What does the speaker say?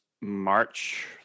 March